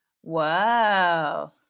Whoa